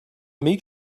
meek